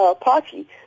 party